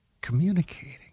communicating